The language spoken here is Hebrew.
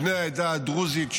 בני העדה הדרוזית,